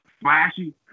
flashy